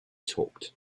talked